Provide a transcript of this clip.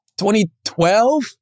2012